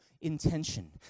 intention